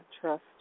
trust